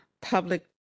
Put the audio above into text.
public